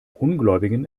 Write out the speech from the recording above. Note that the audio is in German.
ungläubigen